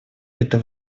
это